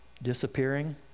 disappearing